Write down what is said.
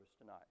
tonight